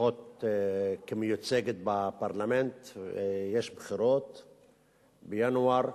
לפחות כמיוצגת בפרלמנט, ויש בחירות בינואר.